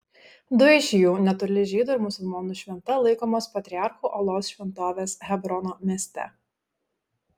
du iš jų netoli žydų ir musulmonų šventa laikomos patriarchų olos šventovės hebrono mieste